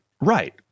Right